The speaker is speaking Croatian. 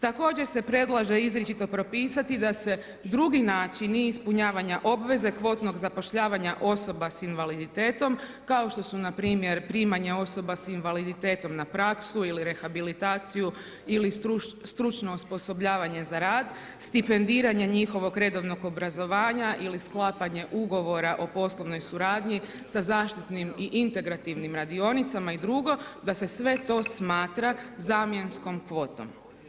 Također se predlaže izričito propisati da se drugi načini ispunjavanja obveze kvotnog zapošljavanja osoba s invaliditetom, kao što su npr. primanje osoba s invaliditetom na praksu ili rehabilitaciju ili stručno osposobljavanje za rad, stipendiranje njihovog redovnog obrazovanja ili sklapanje ugovora o poslovnoj suradnji sa zaštitnim i integrativnim radionicama i drugo da se sve to smatra zamjenskom kvotom.